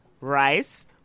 rice